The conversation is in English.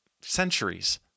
centuries